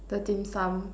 the dim-sum